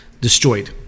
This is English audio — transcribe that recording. destroyed